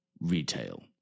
retail